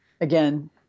Again